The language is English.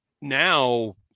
now